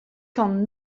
kant